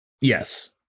Yes